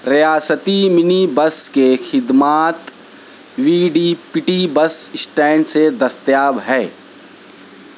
ریاستی mini bus کے خدمات وی ڈی پٹی بس اسٹینڈ سے دستیاب ہے